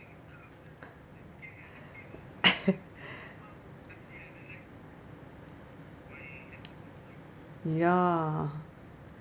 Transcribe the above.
ya